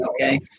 okay